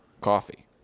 coffee